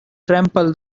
trample